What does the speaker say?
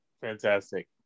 fantastic